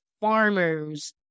farmers